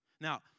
Now